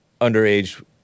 underage